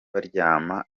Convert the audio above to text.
baryama